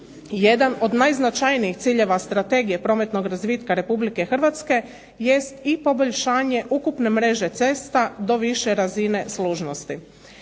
Jedan od najznačajnijih ciljeva strategije prometnog razvitka Republike Hrvatske jest i poboljšanje ukupne mreže cesta do više razine služnosti.